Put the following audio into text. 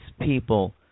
people